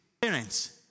Parents